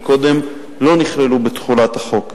שקודם לא נכללו בתחולת החוק.